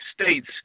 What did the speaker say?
states